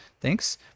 Thanks